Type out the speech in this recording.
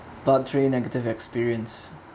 part three negative experience